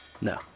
No